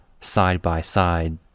side-by-side